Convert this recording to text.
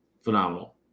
phenomenal